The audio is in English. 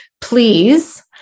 please